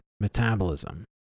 metabolism